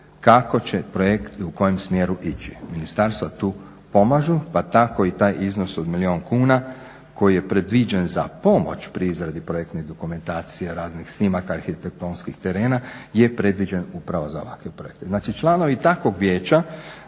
kako će projekt i u kojem smjeru ići. Ministarstva tu pomažu pa tako i taj iznos od milijun kuna koji je predviđen za pomoć pri izradi projektne dokumentacije raznih snimaka arhitektonskih terena je predviđen upravo za ovakve projekte. Znači članovi takvog vijeća